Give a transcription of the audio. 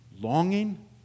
longing